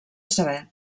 saber